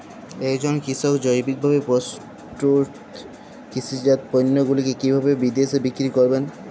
একজন কৃষক জৈবিকভাবে প্রস্তুত কৃষিজাত পণ্যগুলি কিভাবে বিদেশে বিক্রি করবেন?